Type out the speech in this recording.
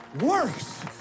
works